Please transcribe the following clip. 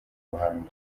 ruhango